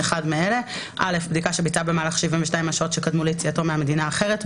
אחד מאלה: (א)בדיקה שביצע במהלך 72 השעות שקדמו ליציאתו מהמדינה האחרת,